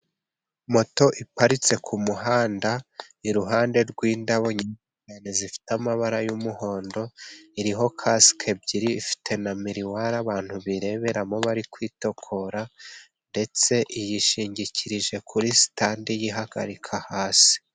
Moto iparitse ku muhanda, iruhande rw'indaboni zifite amabara y'umuhondo, iriho kasike ebyiri, ifite na miruware abantu bireberamo bari kwitokora, ndetse iyishingikirije kuri sitade iyihagarika hasi.